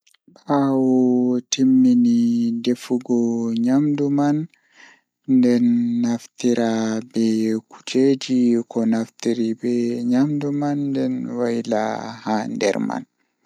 Ndikkinami maayo dow kooseeje ngam maayo do don mari ndiyam haa nbder jei awawata yarugo ndiyamman yara loota loota limsema awada ko ayidi kala bi adamaajo fu don mai haaje ndiyam amma kooseje nafu maajum sedda